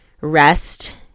rest